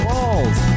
Balls